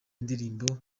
indirimbo